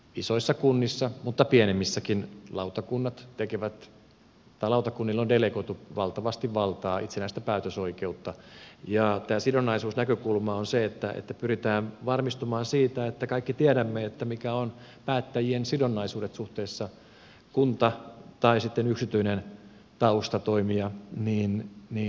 isoissa kunnissa mutta pienemmissäkin lautakunnille on delegoitu valtavasti valtaa itsenäistä päätösoikeutta ja tämä sidonnaisuusnäkökulma on se että pyritään varmistumaan siitä että kaikki tiedämme mitkä ovat päättäjien sidonnaisuudet suhteessa kuntatoimijoihin tai yksityisiin taustatoimijoihin